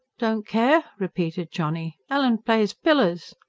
don' care, repeated johnny. ellen plays pillers.